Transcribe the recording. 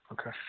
Okay